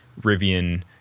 Rivian